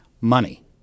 money